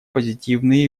позитивные